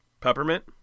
Peppermint